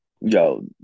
Yo